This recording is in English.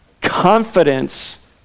confidence